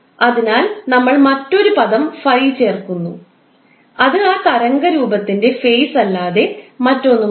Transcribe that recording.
അതിനാൽ ഞങ്ങൾ മറ്റൊരു പദം ∅ ചേർക്കുന്നു അത് ആ തരംഗരൂപ ത്തിൻറെ ഫേസ് അല്ലാതെ മറ്റൊന്നുമല്ല